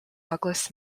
douglas